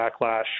backlash